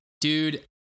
Dude